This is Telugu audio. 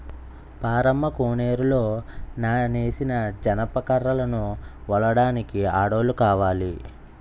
పారమ్మ కోనేరులో నానేసిన జనప కర్రలను ఒలడానికి ఆడోల్లు కావాల